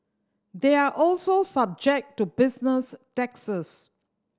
they are also subject to business taxes